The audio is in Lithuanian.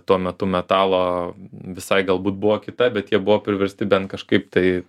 tuo metu metalo visai galbūt buvo kita bet jie buvo priversti bent kažkaip tai